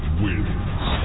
wins